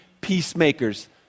peacemakers